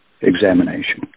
examination